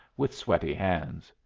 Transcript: with sweaty hands.